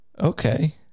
Okay